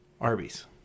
Arby's